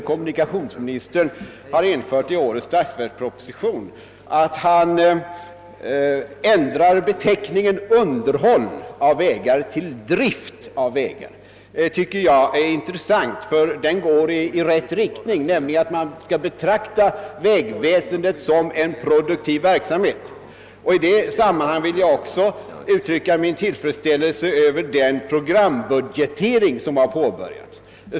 Kommunikationsministern har gjort en detaljändring i årets statsverksproposition som är intressant, när han ändrat beteckningen »underhåll av vägar» till »drift av vägar». Det är ett steg i rätt riktning, nämligen att man skall betrakta vägväsendet som en produktiv verksamhet. I detta sammanhang vill jag också uttrycka min tillfredsställelse över den programbudgetering som har påbörjats.